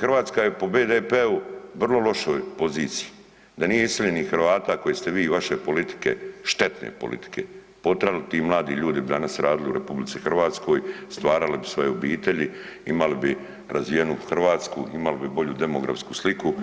Hrvatska je po BDP-u u vrlo lošoj poziciji, da nije iseljenih Hrvata koje ste vi i vaše politike štetne politike potirali ti mladi ljudi bi danas radili u RH, stvarali bi svoje obitelji imali bi razvijenu Hrvatsku, imali bi bolju demografsku sliku.